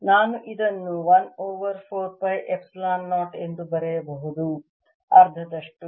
ನಾನು ಇದನ್ನು 1 over 4 pi epsilon 0 ಎಂದು ಬರೆಯಬಹುದು ಅರ್ಧದಷ್ಟು